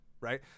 Right